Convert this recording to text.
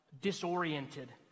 disoriented